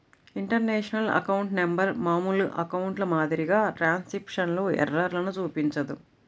international account number మామూలు అకౌంట్ల మాదిరిగా ట్రాన్స్క్రిప్షన్ ఎర్రర్లను చూపించదు